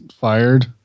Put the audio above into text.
fired